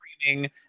screaming